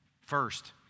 First